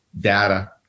Data